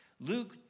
Luke